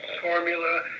formula